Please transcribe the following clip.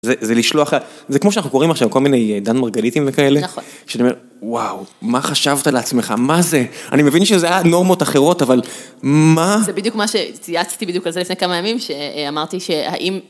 זה לשלוח, זה כמו שאנחנו קוראים עכשיו, כל מיני דן מרגליתים וכאלה, שאני אומר, וואו, מה חשבת לעצמך, מה זה? אני מבין שזה היה נורמות אחרות, אבל מה... זה בדיוק מה שצייצתי בדיוק על זה לפני כמה ימים, שאמרתי שהאם...